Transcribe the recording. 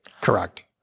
Correct